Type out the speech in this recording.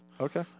Okay